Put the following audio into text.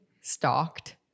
stalked